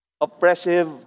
oppressive